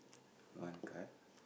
one card